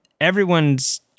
everyone's